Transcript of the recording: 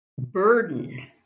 burden